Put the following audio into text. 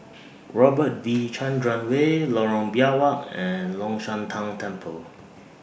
Robert V Chandran Way Lorong Biawak and Long Shan Tang Temple